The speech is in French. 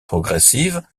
progressive